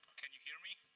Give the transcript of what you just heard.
can you hear me?